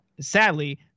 Sadly